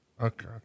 Okay